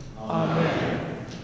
Amen